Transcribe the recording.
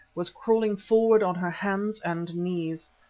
was crawling forward on her hands and knees.